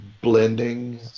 blending